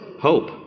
Hope